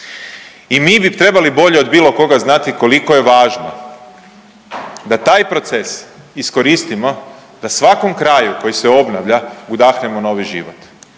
I mi bi trebali bolje od bilo koga znati koliko je važno da taj proces iskoristimo da svakom kraju koji se obnavlja udahnemo novi život